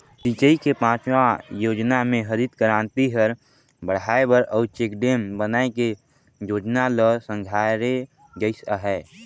सिंचई के पाँचवा योजना मे हरित करांति हर बड़हाए बर अउ चेकडेम बनाए के जोजना ल संघारे गइस हे